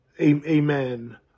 amen